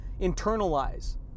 internalize